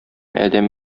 адәм